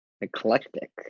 Eclectic